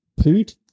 pood